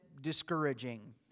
discouraging